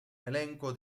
elenco